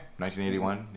1981